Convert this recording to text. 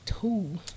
two